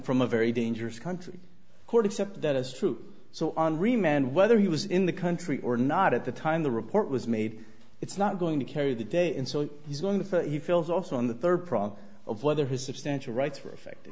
from a very dangerous country court except that is true so on remand whether he was in the country or not at the time the report was made it's not going to carry the day and so he's going to he feels also on the third prong of whether